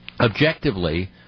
objectively